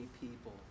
people